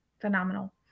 phenomenal